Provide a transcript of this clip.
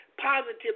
positive